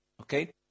Okay